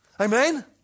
Amen